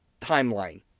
timeline